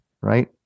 right